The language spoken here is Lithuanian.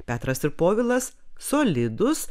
petras ir povilas solidūs